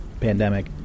pandemic